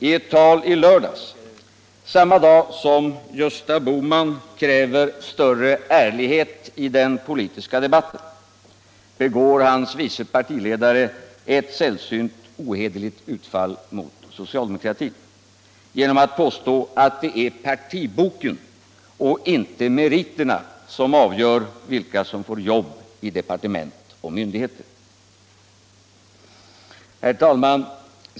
I ett tal i lördags, samma dag som Gösta Bohman kräver större ärlighet i den politiska debatten, begår hans vice partiledare ett sällsynt ohederligt utfall mot socialdemokratin genom att påstå att det är partiboken och inte meriterna som avgör vilka som får jobb i departement och myndigheter.